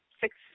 six